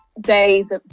days